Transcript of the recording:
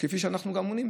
כפי שאנחנו גם עונים,